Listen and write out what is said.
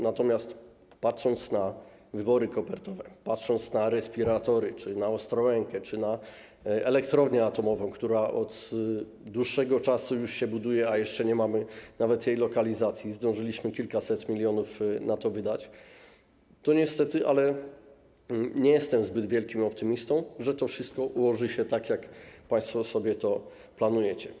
Natomiast patrząc na wybory kopertowe, patrząc na respiratory czy na Ostrołękę, czy na elektrownię atomową, która od dłuższego czasu już się buduje, choć jeszcze nawet nie mamy jej lokalizacji, a zdążyliśmy kilkaset milionów na to wydać, to niestety nie jestem zbyt wielkim optymistą co do tego, że to wszystko ułoży się tak, jak państwo sobie to planujecie.